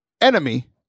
Enemy